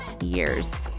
years